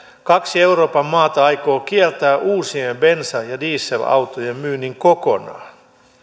kaksi euroopan maata aikoo kieltää uusien bensa ja dieselautojen myynnin kokonaan